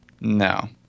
No